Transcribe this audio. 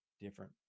different